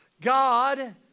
God